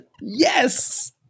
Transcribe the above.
Yes